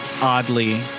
oddly